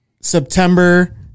September